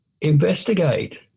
investigate